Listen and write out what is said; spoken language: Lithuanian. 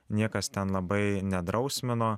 niekas ten labai nedrausmino